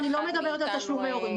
אני לא מדברת על תשלומי הורים,